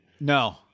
No